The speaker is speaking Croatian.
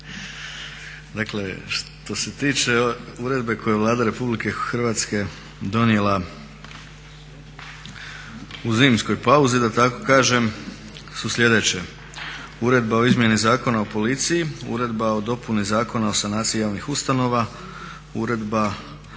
Dakle što se tiče uredbe koju je Vlada RH donijela u zimskoj pauzi da tako kažem su sljedeće: uredba o izmjeni Zakona o policiji, uredba o dopuni Zakona o sanaciji javnih ustanova, uredba